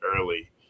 early